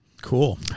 Cool